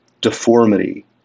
deformity